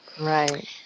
Right